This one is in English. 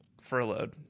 furloughed